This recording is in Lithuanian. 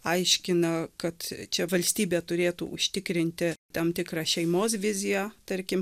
aiškina kad čia valstybė turėtų užtikrinti tam tikrą šeimos viziją tarkim